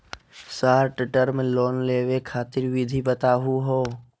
Short term loan लेवे खातीर विधि बताहु हो?